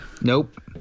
Nope